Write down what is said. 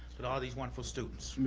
with all these wonderful students.